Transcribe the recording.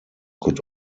could